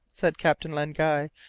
said captain len guy,